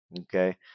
Okay